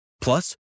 Plus